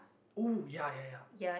!ooh! ya ya ya